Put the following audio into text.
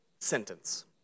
sentence